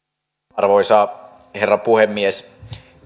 arvoisa herra puhemies